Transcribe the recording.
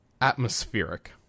atmospheric